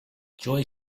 joy